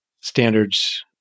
standards